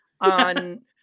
on